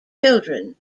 children